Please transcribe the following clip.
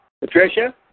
Patricia